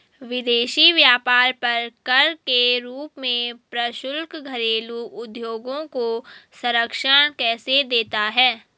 विदेशी व्यापार पर कर के रूप में प्रशुल्क घरेलू उद्योगों को संरक्षण कैसे देता है?